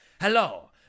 Hello